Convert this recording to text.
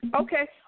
Okay